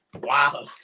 Wow